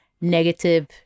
negative